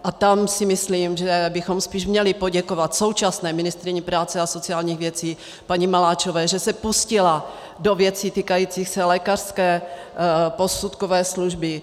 A tak si myslím, že bychom spíš měli poděkovat současné ministryni práce a sociálních věcí paní Maláčové, že se pustila do věcí týkajících se lékařské posudkové služby.